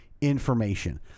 information